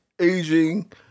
aging